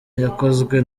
yakozwe